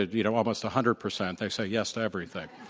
you know almost a hundred percent, they say yes to everything.